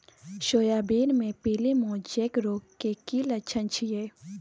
Soybean मे पीली mosaic रोग के की लक्षण छीये?